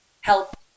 help